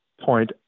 point